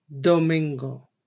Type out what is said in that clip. domingo